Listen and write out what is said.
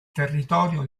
territorio